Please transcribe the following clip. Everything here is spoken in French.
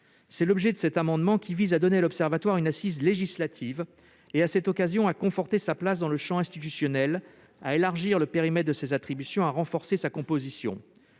Aussi, cet amendement vise à donner à l'Observatoire une assise législative et, ce faisant, à conforter sa place dans le champ institutionnel, à élargir le périmètre de ses attributions et à renforcer sa composition.